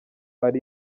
ari